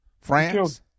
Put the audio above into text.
France